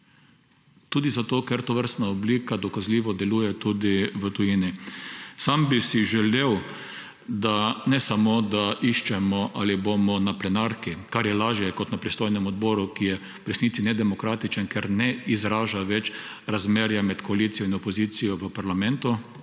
Tudi zato, ker tovrstna oblika dokazljivo deluje v tujini. Sam bi si želel ne samo, da iščemo, ali bomo na plenarki, kar je lažje kot na pristojnem odboru, ki je v resnici nedemokratičen, ker ne izraža več razmerja med koalicijo in opozicijo v parlamentu